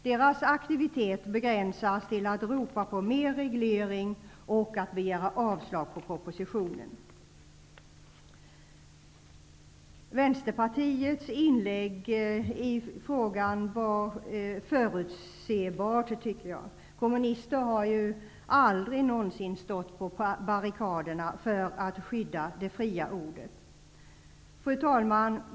Deras aktivitet begränsas till att ropa på mer reglering och att yrka avslag på propositionen. Vänsterpartiets inlägg i frågan var förutsebart, tycker jag. Kommunister har aldrig någonsin stått på barrikaderna för att skydda det fria ordet. Fru talman!